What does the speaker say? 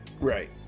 Right